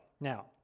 Now